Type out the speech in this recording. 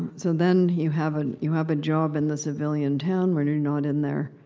so then, you have and you have a job in the civilian town when you're not in there,